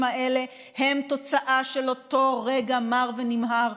האלה הם תוצאה של אותו רגע מר ונמהר,